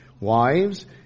Wives